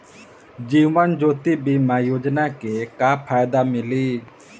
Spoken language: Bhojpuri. जीवन ज्योति बीमा योजना के का फायदा मिली?